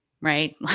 right